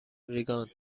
ریگان